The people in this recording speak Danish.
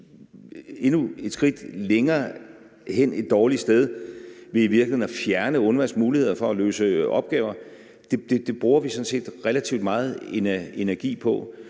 endnu et skridt længere hen til et dårligt sted, ved i virkeligheden at fjerne UNRWA's muligheder for at løse opgaver. Det bruger vi sådan set relativt meget energi på,